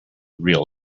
real